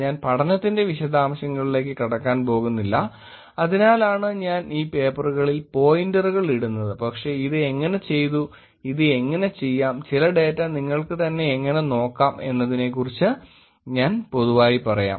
ഞാൻ പഠനത്തിന്റെ വിശദാംശങ്ങളിലേക്ക് കടക്കാൻ പോകുന്നില്ല അതിനാലാണ് ഞാൻ പേപ്പറുകളിൽ പോയിന്ററുകൾ ഇടുന്നത് പക്ഷേ ഇത് എങ്ങനെ ചെയ്തു ഇത് എങ്ങനെ ചെയ്യാം ചില ഡാറ്റ നിങ്ങൾക്ക് തന്നെ എങ്ങനെ നോക്കാം എന്നതിനെക്കുറിച്ച് ഞാൻ പൊതുവായി പറയാം